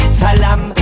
salam